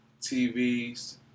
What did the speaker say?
TVs